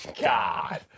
God